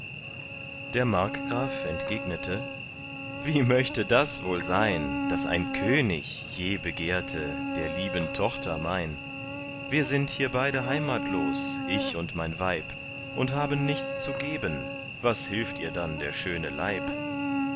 der markgraf entgegnete wie möchte das wohl sein daß ein könig je begehrte der lieben tochter mein wir sind hier beide heimatlos ich und mein weib und haben nichts zu geben was hilft ihr dann der schöne leib